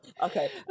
Okay